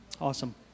Awesome